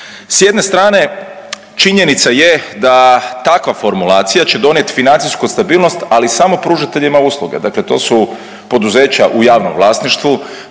S jedne strane, činjenica je da takva formulacija će donijet financijsku stabilnost, ali samo pružateljima usluga, dakle to su poduzeća u javnom vlasništvu,